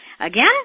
Again